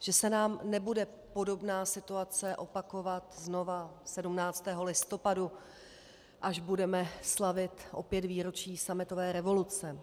Že se nám nebude podobná situace opakovat znova 17. listopadu, až budeme slavit opět výročí sametové revoluce,